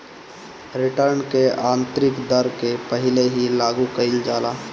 return की आतंरिक दर के पहिले ही लागू कईल जाला